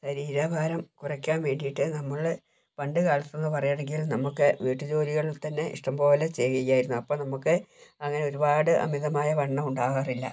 ശരീര ഭാരം കുറയ്ക്കാൻ വേണ്ടിയിട്ട് നമ്മൾ പണ്ട് കാലത്തെന്ന് പറയുവാണെങ്കിൽ നമുക്ക് വീട്ടുജോലികളിൽ തന്നെ ഇഷ്ടംപോലെ ചെയ്യാമായിരുന്നു അപ്പോൾ നമുക്ക് അങ്ങനെ ഒരുപാട് അമിതമായ വണ്ണം ഉണ്ടാകാറില്ല